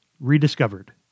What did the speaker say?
rediscovered